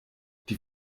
die